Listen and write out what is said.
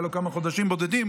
היו לו כמה חודשים בודדים,